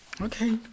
Okay